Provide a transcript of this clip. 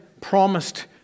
promised